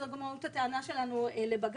זאת גם מהות הטענה שלנו לבג"ץ,